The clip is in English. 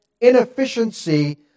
Inefficiency